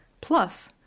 Plus